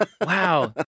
Wow